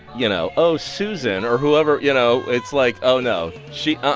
you know, oh, susan or whoever you know, it's like, oh, no. she uh-uh.